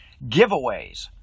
giveaways